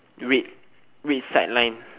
red red side line